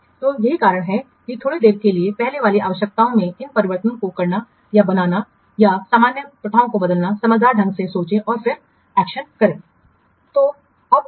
तो यही कारण है कि थोड़ी देर के लिए पहले वाली आवश्यकताओं में इन परिवर्तनों को करना या बनाना या सामान्य प्रथाओं को बदलना समझदार ढंग से सोचें और फिर कार्रवाई करें